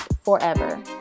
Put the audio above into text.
forever